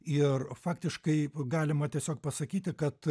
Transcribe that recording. ir faktiškai galima tiesiog pasakyti kad